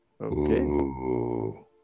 Okay